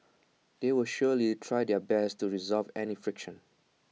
they will surely try their best to resolve any friction